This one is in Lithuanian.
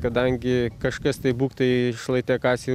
kadangi kažkas tai būk tai šlaite kasė